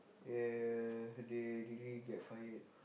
uh they really get fired